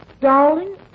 Darling